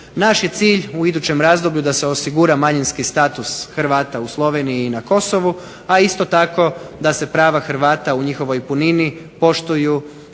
Naš je cilj u idućem razdoblju da se osigura manjinski status Hrvata u Sloveniji i na Kosovu, a isto tako da se prava Hrvata u njihovoj punini poštuju